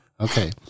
Okay